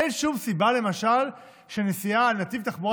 אין שום סיבה למשל שנסיעה על נתיב תחבורה